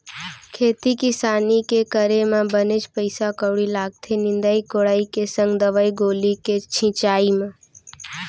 खेती किसानी के करे म बनेच पइसा कउड़ी लागथे निंदई कोड़ई के संग दवई गोली के छिंचाई म